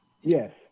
Yes